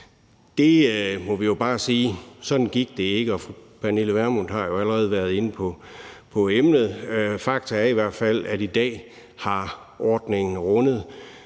Der må vi jo bare sige, at sådan gik det ikke. Fru Pernille Vermund har jo allerede været inde på emnet. Fakta er i hvert fald, at i dag har ordningen rundet